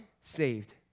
Saved